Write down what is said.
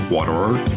Waterer